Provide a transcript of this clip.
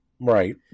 Right